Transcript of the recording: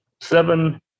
seven